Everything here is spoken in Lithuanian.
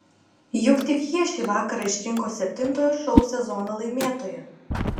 juk tik jie šį vakarą išrinko septintojo šou sezono laimėtoją